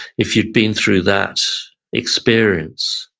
if you've been through that experience,